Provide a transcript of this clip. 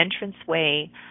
entranceway